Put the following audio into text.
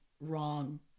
wrong